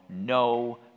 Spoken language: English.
no